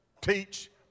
teach